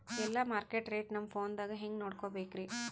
ಎಲ್ಲಾ market rate ನಮ್ ಫೋನದಾಗ ಹೆಂಗ ನೋಡಕೋಬೇಕ್ರಿ?